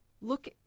look